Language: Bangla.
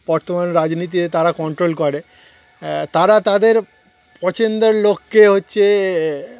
বর্তমান রাজনীতিতে তারা কন্ট্রোল করে তারা তাদের পছন্দের লোককে হচ্ছে